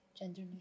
gender